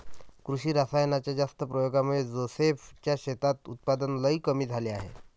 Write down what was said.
कृषी रासायनाच्या जास्त प्रयोगामुळे जोसेफ च्या शेतात उत्पादन लई कमी झाले आहे